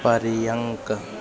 पर्यङ्क